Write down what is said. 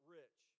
rich